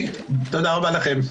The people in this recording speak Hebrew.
תודה רבה לכם.